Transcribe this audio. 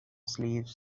sleeve